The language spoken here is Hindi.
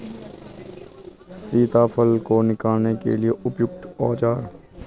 सीताफल को निकालने के लिए उपयुक्त औज़ार?